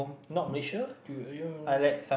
not Malaysia do you